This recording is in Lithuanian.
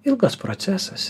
ilgas procesas